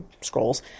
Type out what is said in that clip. scrolls